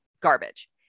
garbage